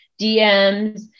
DMs